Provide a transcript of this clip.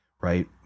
Right